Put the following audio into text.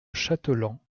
chateland